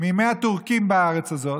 מימי הטורקים בארץ הזו,